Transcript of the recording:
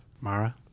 Mara